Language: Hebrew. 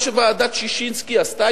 מה שוועדת-ששינסקי עשתה,